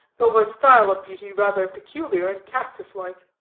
though of a style of beauty rather peculiar and cactus-like.